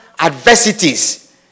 adversities